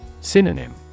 Synonym